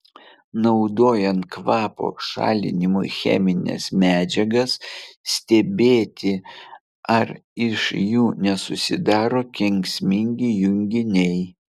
naudojant kvapo šalinimui chemines medžiagas stebėti ar iš jų nesusidaro kenksmingi junginiai